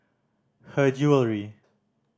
Her Jewellery